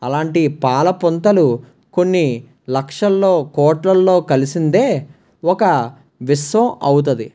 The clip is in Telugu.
అలాంటి పాల పుంతలు కొన్ని లక్షల్లో కోట్లల్లో కలిసిందే ఒక విశ్వం అవుతుంది